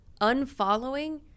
unfollowing